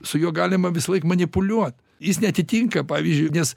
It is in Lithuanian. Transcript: su juo galima visąlaik manipuliuot jis neatitinka pavyzdžiui nes